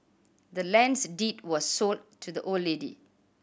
the land's deed was sold to the old lady